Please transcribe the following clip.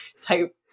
type